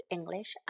English